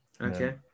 Okay